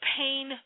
pain